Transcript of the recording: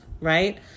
right